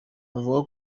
avuga